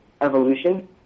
evolution